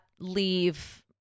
leave